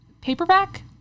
Paperback